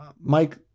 Mike